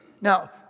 Now